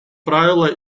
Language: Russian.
правила